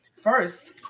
First